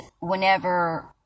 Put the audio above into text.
whenever